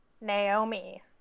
naomi